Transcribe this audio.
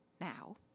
now